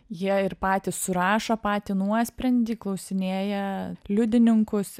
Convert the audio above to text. jie ir patys surašo patį nuosprendį klausinėja liudininkus